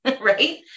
right